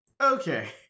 Okay